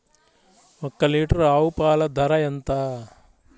ఒక్క లీటర్ ఆవు పాల ధర ఎంత?